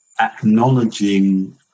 Acknowledging